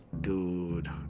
Dude